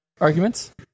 arguments